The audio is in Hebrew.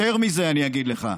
יותר מזה אני אגיד לך,